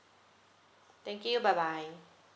thank you bye bye